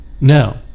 No